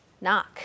knock